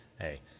hey